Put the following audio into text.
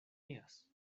mías